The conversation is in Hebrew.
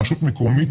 רשות מקומית,